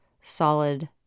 solid